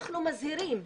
אנחנו מזהירים.